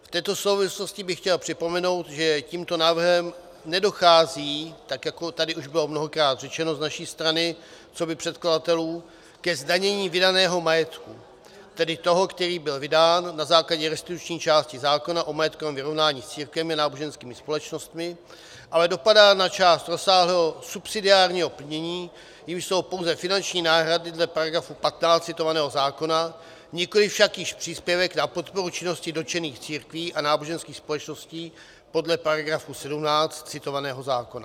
V této souvislosti bych chtěl připomenout, že tímto návrhem nedochází, tak jako tady už bylo mnohokrát řečeno z naší strany coby předkladatelů, ke zdanění vydaného majetku, tedy toho, který byl vydán na základě restituční části zákona o majetkovém vyrovnání s církvemi a náboženskými společnostmi, ale dopadá na část rozsáhlého subsidiárního plnění, jímž jsou pouze finanční náhrady dle § 15 citovaného zákona, nikoliv však již příspěvek na podporu činnosti dotčených církví a náboženských společností podle § 17 citovaného zákona.